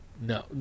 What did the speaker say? No